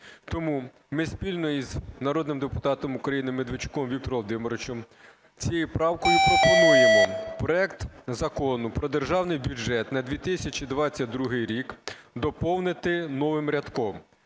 Тому ми спільно із народним депутатом України Медведчуком Віктором Володимировичем цією правкою пропонуємо проект Закону про Державний бюджет на 2022 рік доповнити новим рядком